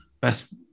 best